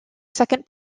second